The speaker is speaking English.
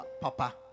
Papa